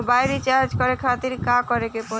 Mobile recharge करे खातिर का करे के पड़ी?